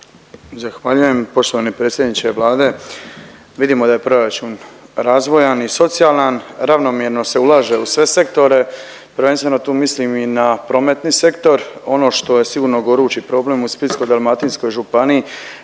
Zahvaljujem. Poštovani predsjedniče Vlade vidimo da je proračun razvojan i socijalan, ravnomjerno se ulaže u sve sektore, prvenstveno tu mislim i na prometni sektor. Ono što je sigurno gorući problem u Splitsko-dalmatinskoj županiji